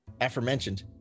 aforementioned